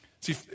See